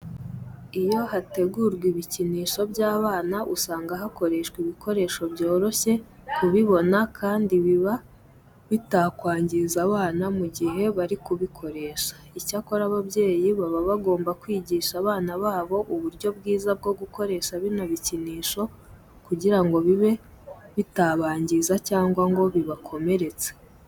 Iyo hategurwa ibikinisho by'abana usanga hakoreshwa ibikoresho byoroshye kubibona kandi biba bitakwangiza abana mu gihe bari kubikoresha. Icyakora ababyeyi baba bagomba kwigisha abana babo uburyo bwiza bwo gukoresha bino bikinisho kugira ngo bibe bitabangiza cyangwa ngo bibakomeretse.